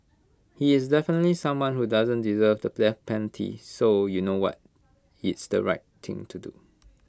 he is definitely someone who doesn't deserve the death penalty so you know what it's the right thing to do